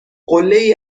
قلهای